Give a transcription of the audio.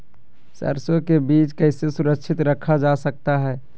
सरसो के बीज कैसे सुरक्षित रखा जा सकता है?